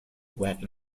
wagged